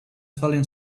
fallen